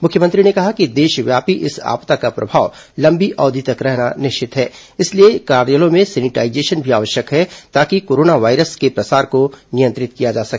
मुख्यमंत्री ने कहा कि देशव्यापी इस आपदा का प्रभाव लंबी अवधि तक रहना निश्चित है इसलिए कार्यालयों में सैनिटाईजेशन भी आवश्यक है ताकि कोरोना वायरस के प्रसार को नियंत्रित किया जा सके